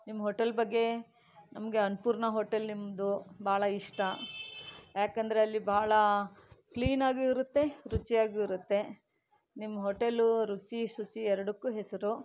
ನಿಮ್ಮ ಹೋಟೆಲ್ ಬಗ್ಗೆ ನಮಗೆ ಅನ್ನಪೂರ್ಣ ಹೋಟೆಲ್ ನಿಮ್ಮದು ಭಾಳ ಇಷ್ಟ ಯಾಕಂದರೆ ಅಲ್ಲಿ ಬಹಳ ಕ್ಲೀನ್ ಆಗೂ ಇರುತ್ತೆ ರುಚಿಯಾಗು ಇರುತ್ತೆ ನಿಮ್ಮ ಹೋಟೆಲ್ ರುಚಿ ಶುಚಿ ಎರಡಕ್ಕೂ ಹೆಸರು